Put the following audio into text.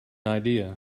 idea